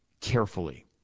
carefully